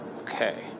Okay